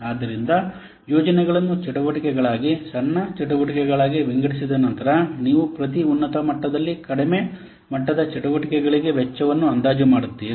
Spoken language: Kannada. ಆದ್ದರಿಂದ ಯೋಜನೆಗಳನ್ನು ಚಟುವಟಿಕೆಗಳಾಗಿ ಸಣ್ಣ ಚಟುವಟಿಕೆಗಳಾಗಿ ವಿಂಗಡಿಸಿದ ನಂತರ ನೀವು ಪ್ರತಿ ಉನ್ನತ ಮಟ್ಟದಲ್ಲಿ ಕಡಿಮೆ ಮಟ್ಟದ ಚಟುವಟಿಕೆಗಳಿಗೆ ವೆಚ್ಚವನ್ನು ಅಂದಾಜು ಮಾಡುತ್ತೀರಿ